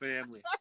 family